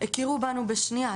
הכירו בנו בשנייה,